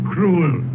Cruel